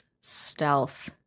stealth